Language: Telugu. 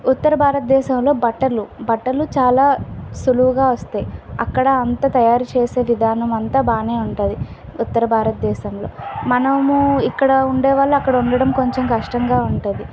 ఉత్తర భారతదేశంలో బట్టలు బట్టలు చాలా సులువుగా వస్తాయి అక్కడ అంతా తయారుచేసే విధానం అంతా బాగా ఉంటుంది ఉత్తర భారతదేశంలో మనము ఇక్కడ ఉండేవాళ్ళు అక్కడ ఉండడం కొంచం కష్టంగా ఉంటుంది